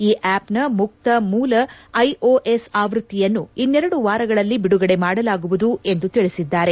ಈ ಆಪ್ನ ಮುಕ್ತ ಮೂಲ ಐಒಎಸ್ ಆವೃತ್ತಿಯನ್ನು ಇನ್ನೆರಡು ವಾರಗಳಲ್ಲಿ ಬಿಡುಗಡೆ ಮಾಡಲಾಗುವುದು ಎಂದು ತಿಳಿಸಿದ್ದಾರೆ